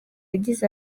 yagize